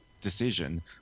decision